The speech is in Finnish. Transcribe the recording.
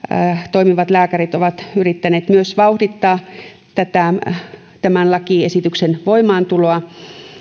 toimivat lääkärit ovat myös yrittäneet vauhdittaa lakiesityksen voimaantuloa